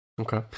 Okay